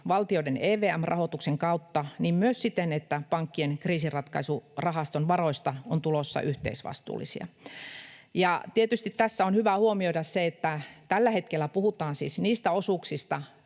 valtioiden EVM-rahoituksen kautta myös siten, että pankkien kriisinratkaisurahaston varoista on tulossa yhteisvastuullisia. Tietysti tässä on hyvä huomioida se, että tällä hetkellä puhutaan siis niistä osuuksista